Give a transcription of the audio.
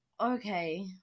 Okay